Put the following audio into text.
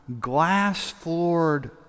glass-floored